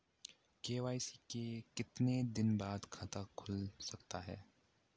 KYC के कितने दिन बाद खाता खुल सकता है?